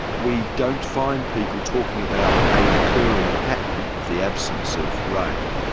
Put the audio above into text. we don't find people talking about a recurring pattern of the absence of rain,